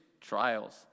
trials